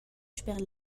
sper